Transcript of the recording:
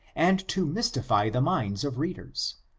and to mystify the minds of readers,